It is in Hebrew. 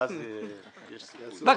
ואז יש סיכוי.